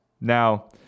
Now